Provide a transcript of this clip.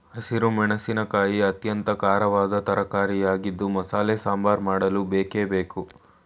ಹಸಿರು ಮೆಣಸಿನಕಾಯಿ ಅತ್ಯಂತ ಖಾರವಾದ ತರಕಾರಿಯಾಗಿದ್ದು ಮಸಾಲೆ ಸಾಂಬಾರ್ ಮಾಡಲು ಬೇಕೇ ಬೇಕು